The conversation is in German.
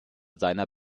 seiner